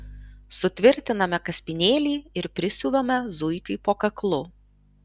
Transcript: sutvirtiname kaspinėlį ir prisiuvame zuikiui po kaklu